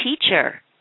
teacher